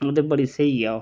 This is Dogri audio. ओ ते बड़ी स्हेई ऐ ओह्